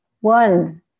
One